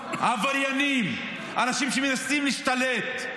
עבריינים, אנשים שמנסים להשתלט.